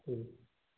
ठीक